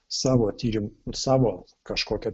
savo tyrim savo kažkokią